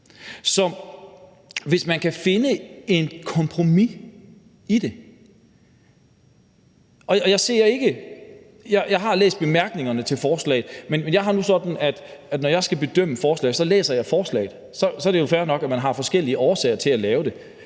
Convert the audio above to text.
Så lad os finde et kompromis i det. Og jeg har læst bemærkningerne til forslaget, men jeg har det nu sådan, at når jeg skal bedømme et forslag, læser jeg forslaget. Så er det jo fair nok, at man har forskellige årsager til at lave det.